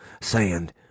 sand